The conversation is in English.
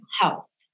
health